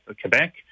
Quebec